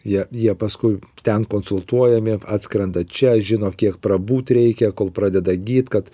jie jie paskui ten konsultuojami atskrenda čia žino kiek prabūt reikia kol pradeda gyt kad